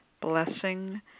blessing